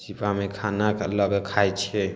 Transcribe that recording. छीपामे खाना लअ कऽ खाइ छियै